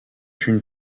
une